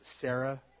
Sarah